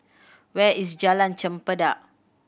where is Jalan Chempedak